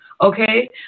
Okay